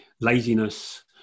laziness